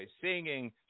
singing